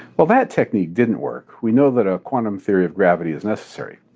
while that technique didn't work, we know that a quantum theory of gravity is necessary.